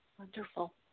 Wonderful